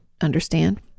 understand